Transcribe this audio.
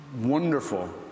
wonderful